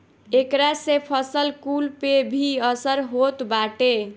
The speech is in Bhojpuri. एकरा से फसल कुल पे भी असर होत बाटे